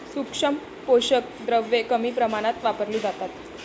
सूक्ष्म पोषक द्रव्ये कमी प्रमाणात वापरली जातात